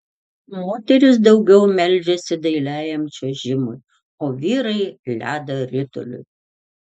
moterys daugiau meldžiasi dailiajam čiuožimui o vyrai ledo rituliui